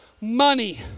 money